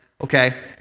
okay